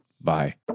Bye